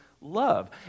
love